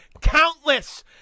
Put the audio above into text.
countless